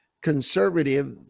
conservative